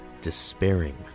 despairing